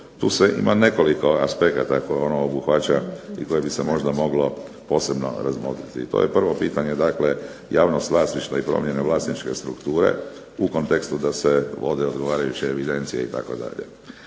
tu ima nekoliko aspekata koje ono obuhvaća i koje bi se moglo posebno razmotriti. To je prvo pitanje, dakle javnost vlasništva i promjene vlasničke strukture u kontekstu da se vode određene evidencije itd.